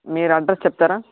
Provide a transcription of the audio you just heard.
మీరు అడ్రస్ చెప్తారా